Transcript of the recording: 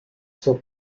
zur